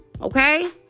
okay